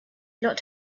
lot